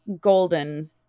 golden